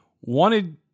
wanted